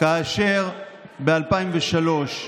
כאשר ב-2003,